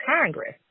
Congress